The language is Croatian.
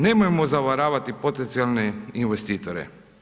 Nemojmo zavaravati potencijalne investitore.